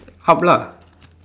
up lah